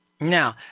Now